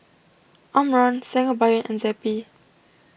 Omron Sangobion and Zappy